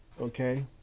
Okay